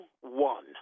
one